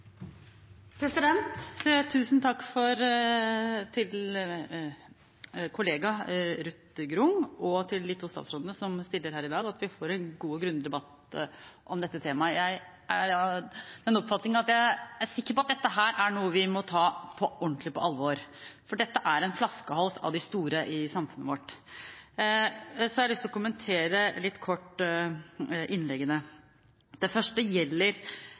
statsrådene som stiller her i dag, for at vi får en god og grundig debatt om dette temaet. Jeg er av den oppfatning at dette er noe vi må ta ordentlig på alvor. Dette er en flaskehals av de store i samfunnet vårt. Jeg har lyst til å kommentere kort innleggene. Det første gjelder